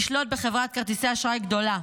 לשלוט בחברת כרטיסי אשראי גדולה,